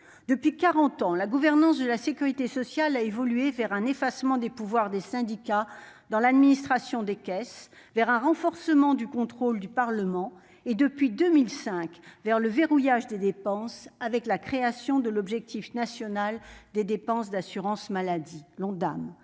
Depuis quarante ans, la gouvernance de la sécurité sociale a évolué vers un effacement des pouvoirs des syndicats dans l'administration des caisses, vers un renforcement du contrôle du Parlement et, depuis 2005, vers le verrouillage des dépenses avec la création de l'Objectif national des dépenses d'assurance maladie.